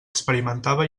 experimentava